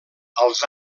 als